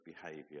behavior